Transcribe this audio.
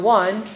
one